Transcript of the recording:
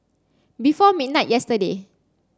before midnight yesterday